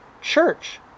church